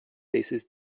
faces